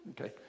okay